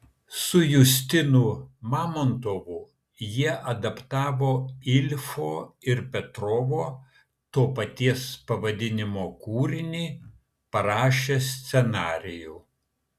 su justinu mamontovu jiedu adaptavo ilfo ir petrovo to paties pavadinimo kūrinį parašė scenarijų